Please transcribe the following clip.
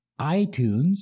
iTunes